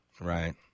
Right